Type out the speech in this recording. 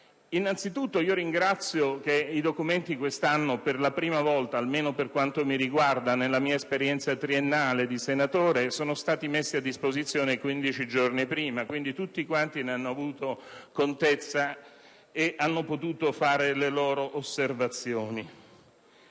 bilancio interno del Senato quest'anno, per la prima volta (almeno per quanto mi riguarda nella mia esperienza triennale di senatore), sono stati messi a disposizione 15 giorni prima e, di conseguenza, tutti ne hanno avuto contezza e hanno potuto fare le proprie osservazioni.